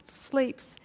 sleeps